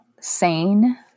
sane